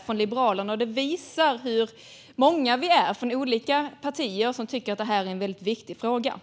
från Liberalerna om det här. Det visar hur många vi är, från olika partier, som tycker att det är en väldigt viktig fråga.